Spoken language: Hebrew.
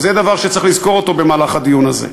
וזה דבר שצריך לזכור אותו בדיון הזה.